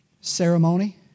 ceremony